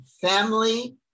family